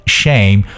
shame